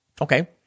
Okay